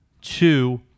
Two